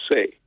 say